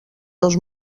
dos